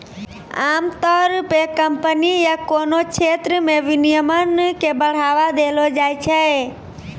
आमतौर पे कम्पनी या कोनो क्षेत्र मे विनियमन के बढ़ावा देलो जाय छै